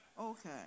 Okay